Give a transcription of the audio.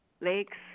lakes